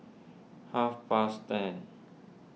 half past ten